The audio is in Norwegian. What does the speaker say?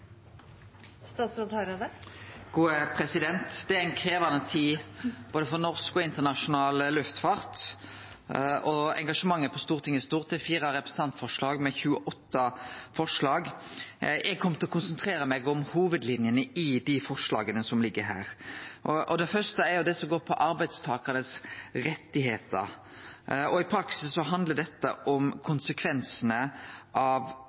Det er fire representantforslag med 28 forslag. Eg kjem til å konsentrere meg om hovudlinjene i dei forslaga som ligg her. Det første er det som går på arbeidstakarane sine rettar, og i praksis handlar dette om konsekvensane av